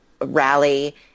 rally